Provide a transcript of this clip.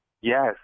yes